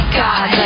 god